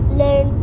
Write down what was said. learn